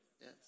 yes